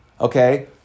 okay